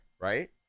right